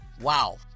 wow